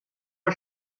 wir